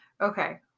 Okay